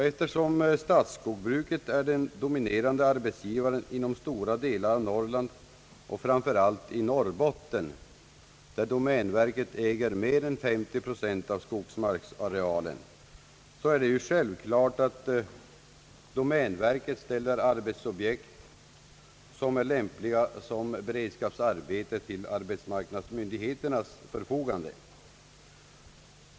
Eftersom statsskogsbruket är den dominerande arbetsgivaren inom stora delar av Norrland och framför allt i Norrbotten, där domänverket äger mer än 30 procent av skogsmarksarealen, är det självklart att domänverket ställer ar betsobjekt, lämpliga som beredskapsarbete, till arbetsmarknadsmyndigheternas förfogande.